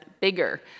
bigger